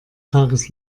tages